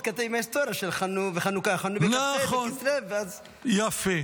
מתכתב עם ההיסטוריה שבחנוכה --- בכ"ה בכסלו ואז -- יפה.